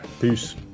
Peace